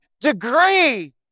degree